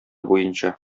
буенча